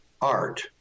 art